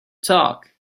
talk